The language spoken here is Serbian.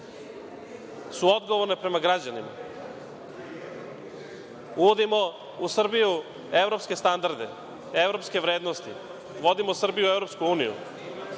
su odgovorne prema građanima. Uvodimo u Srbiju evropske standarde, evropske vrednosti, vodimo Srbiju u EU.